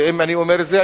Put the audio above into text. ואם אני אומר את זה,